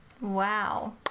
Wow